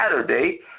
Saturday